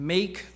Make